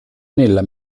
nella